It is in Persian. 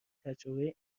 تجربه